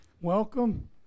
Welcome